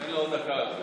תן לה עוד דקה על זה.